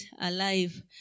alive